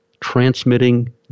transmitting